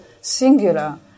singular